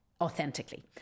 Authentically